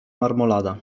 marmolada